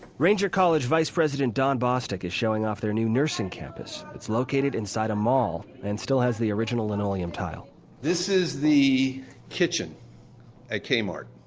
ranger college vice president don bostic is showing off their new nursing campus. it's located inside a mall and still has the original linoleum tile this is the kitchen at kmart.